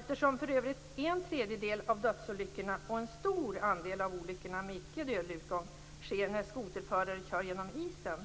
Eftersom för övrigt en tredjedel av dödsolyckorna och en stor andel av olyckorna med icke dödlig utgång sker när skoterföraren kör genom isen,